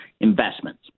investments